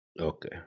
Okay